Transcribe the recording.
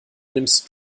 nimmst